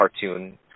cartoon